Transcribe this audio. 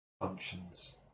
functions